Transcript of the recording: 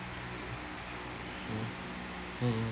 mm mmhmm